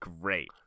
great